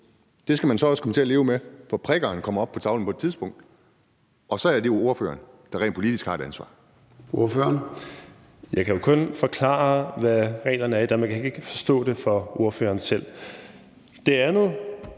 det skal man så også komme til at leve med, for prikkerne kommer op på tavlen på et tidspunkt, og så er det jo ordføreren, der rent politisk har et ansvar.